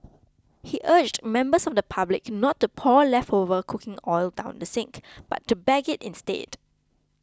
he urged members of the public not to pour leftover cooking oil down the sink but to bag it instead